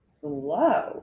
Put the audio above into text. slow